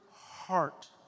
heart